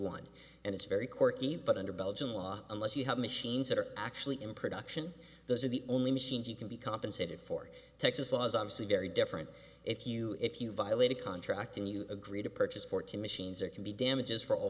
one and it's very quirky but under belgian law unless you have machines that are actually in production those are the only machines you can be compensated for texas law is obviously very different if you if you violate a contract and you agree to purchase fourteen machines that can be damages for all